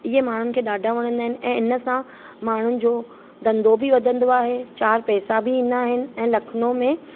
इहे माण्हुनि खे ॾाढा वणंदा आहिनि ऐं इन सां माण्हुनि जो धंधो बि वधंदो आहे चार पैसा बि ईंदा आहिनि ऐं लखनऊ में